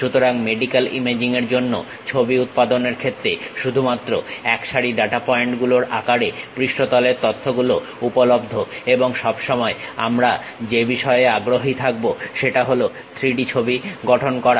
সুতরাং medical imaging এর জন্য ছবি উৎপাদনের ক্ষেত্রে শুধুমাত্র একসারি ডাটা পয়েন্ট গুলোর আকারে পৃষ্ঠতলের তথ্যগুলো উপলব্ধ এবং সব সময় আমরা যে বিষয়ে আগ্রহী থাকবো সেটা হলো 3D ছবি গঠন করা